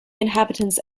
inhabitants